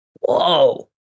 Whoa